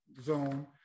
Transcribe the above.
zone